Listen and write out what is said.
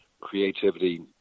creativity